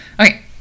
Okay